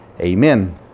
Amen